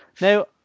now